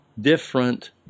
different